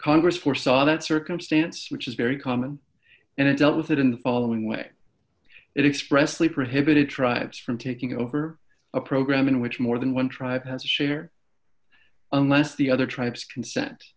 congress foresaw that circumstance which is very common and it dealt with it in the following way it expressly prohibited tribes from taking over a program in which more than one tribe has a share unless the other tribes consent